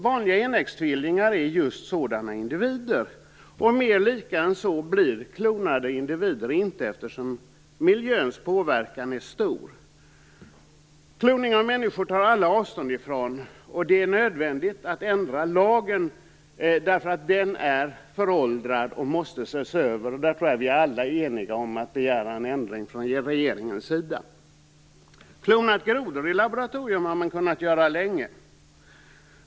Vanliga enäggstvillingar är just sådana individer. Mera lika än så blir klonade individer inte, eftersom miljöns påverkan är stor. Kloning av människan tar alla avstånd ifrån. Det är nödvändigt att ändra lagen därför att den är föråldrad och måste ses över. Vi är alla eniga om att begära en ändring från regeringens sida. Klonade grodor i laboratorium har man kunnat göra länge.